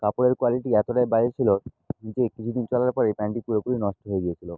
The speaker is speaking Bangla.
কাপড়ের কোয়ালিটি এতোটাই বাজে ছিলো যে কিছু দিন পরার পরেই প্যান্টটি পুরোপুরি নষ্ট হয়ে গিয়েছিলো